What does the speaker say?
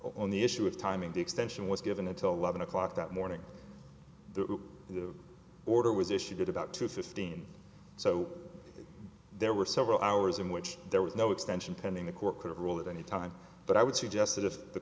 on the issue of timing the extension was given until eleven o'clock that morning the order was issued at about two fifteen so there were several hours in which there was no extension pending the court could rule at any time but i would suggest that if the